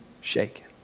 shaken